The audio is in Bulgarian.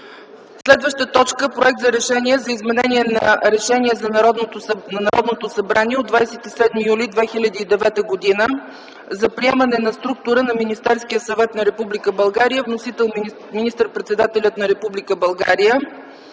г. 9. Проект за Решение за изменение на Решение на Народното събрание от 27 юли 2009 г. за приемане на структура на Министерския съвет на Република България. Вносител – министър-председателят на Република България.